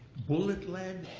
bullet lead,